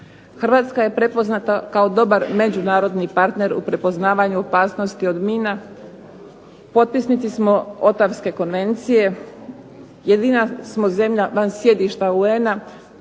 $ je prepoznata kao međunarodni partner u prepoznavanju opasnosti od mina, potpisnici smo Ottawske konvencije, jedina smo zemlja van sjedišta UN-a,